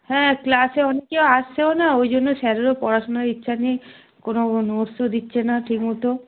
হ্যাঁ ক্লাসে অনেকে আসছেও না ওই জন্য স্যারেরও পড়াশোনার ইচ্ছা নেই কোনো নোটসও দিচ্ছে না ঠিকমতো